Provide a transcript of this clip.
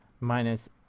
minus